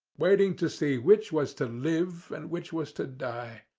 waiting to see which was to live and which was to die.